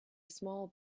small